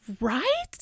Right